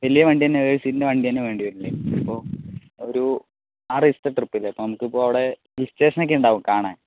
വലിയ വണ്ടിതെന്നെ ഏഴു സീറ്റിൻ്റെ വണ്ടിതന്നെ വേണ്ടിവരും അല്ലേ അപ്പോൾ ഒരു ആറു ദിവസത്തെ ട്രിപ്പ് അല്ലെ അപ്പോൾ നമുക്കിപ്പോൾ അവിടെ ഹിൽ സ്റ്റേഷനൊക്കെ ഉണ്ടാവും കാണാൻ